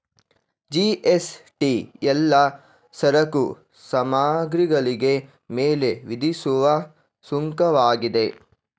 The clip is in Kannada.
ಜಿ.ಎಸ್.ಟಿ ಎಲ್ಲಾ ಸರಕು ಸಾಮಗ್ರಿಗಳಿಗೆ ಮೇಲೆ ವಿಧಿಸುವ ಸುಂಕವಾಗಿದೆ